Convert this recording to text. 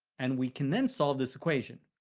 and we can then solve this equation.